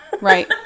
Right